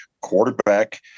quarterback